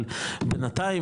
אבל בינתיים,